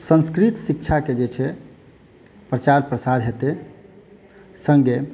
संस्कृत शिक्षाके जे छै प्रचार प्रसार हेतै सङ्गे